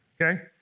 Okay